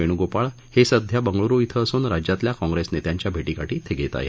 वेण्गोपाळ हे सध्या बंगळुरु इथं असून राज्यातल्या काँग्रेस नेत्यांच्या भेटीगाठी ते घेत आहेत